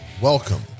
welcome